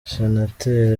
senateri